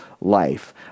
life